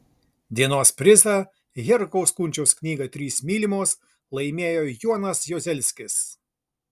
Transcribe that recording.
dienos prizą herkaus kunčiaus knygą trys mylimos laimėjo jonas juozelskis